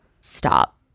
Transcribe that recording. stop